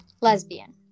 Lesbian